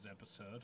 episode